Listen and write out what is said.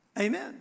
Amen